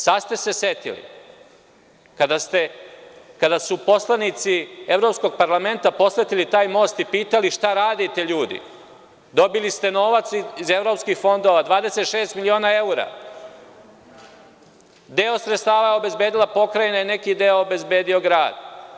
Sada ste se setili, kada su poslanici Evropskog parlamenta posetili taj most i pitali – šta radite ljudi, dobili ste novac iz evropskih fondova, 26 miliona evra, deo sredstava je obezbedila pokrajina, neki deo je obezbedio grad.